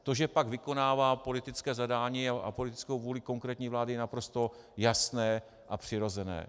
To, že pak vykonává politická zadání a politickou vůli konkrétní vlády, je naprosto jasné a přirozené.